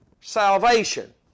salvation